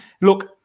look